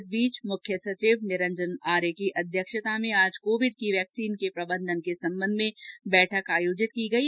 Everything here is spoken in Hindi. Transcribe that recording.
इस बीच मुख्य सचिव निरंजन आर्य की अध्यक्षता में आज कोविड की वैक्सिन के प्रबंधन के संबंध में बैठक आयोजित की गयी